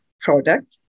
product